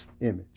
image